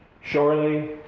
Surely